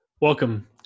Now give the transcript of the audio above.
Welcome